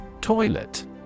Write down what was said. Toilet